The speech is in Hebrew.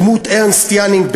הדמות ארנסט ינינג,